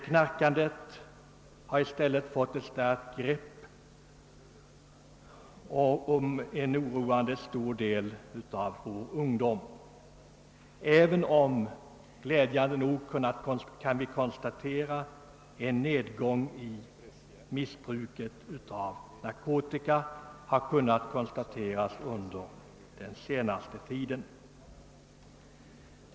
Knarkandet har fått en starkt grepp om en oroande stor del av vår ungdom, även om vi glädjande nog kunnat konstatera en nedgång i missbruket av narkotika under den senaste tiden.